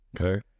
Okay